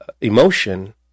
emotion